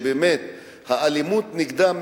שהאלימות נגדן,